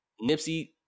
Nipsey